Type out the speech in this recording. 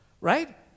Right